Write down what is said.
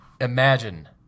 Imagine